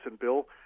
bill